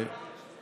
גם אנחנו.